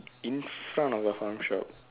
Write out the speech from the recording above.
in front of the farm shop